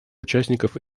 участников